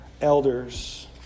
elders